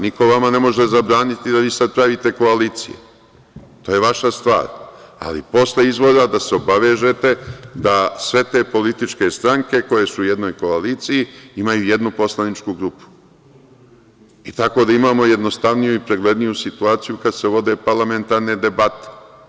Niko vama ne može zabraniti da vi sad pravite koalicije, to je vaša stvar, ali posle izbora da se obavežete da sve te političke stranke koje su u jednoj koaliciji imaju jednu poslaničku grupu i tako da imamo jednostavniju i pregledniju situaciju kad se vode parlamentarne debate.